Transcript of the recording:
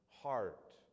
Heart